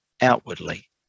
outwardly